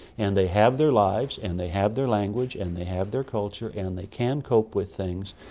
and they have their lives and they have their language and they have their culture, and they can cope with things.